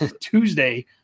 Tuesday